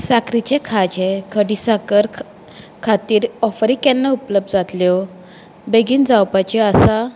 साकरीचें खाजें खडीसाकर खातीर ऑफरी केन्ना उपलब्ध जातल्यो बेगीन जावपाच्यो आसा